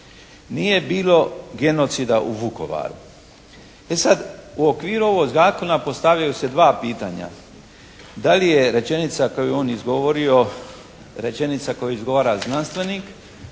“Nije bilo genocida u Vukovaru.“ E sad, u okviru ovog zakona postavljaju se dva pitanja, da li je rečenica koju je on izgovorio rečenica koju izgovara znanstvenik